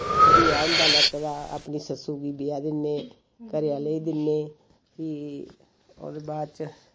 बेहा होंदा लैत्ते दा फ्ही अपनी सस्सू गी बेहा दिन्ने घरै आह्ले गी दिन्ने फ्ही ओह्दे बाद च